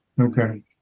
Okay